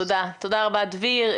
תודה רבה, דביר.